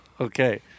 okay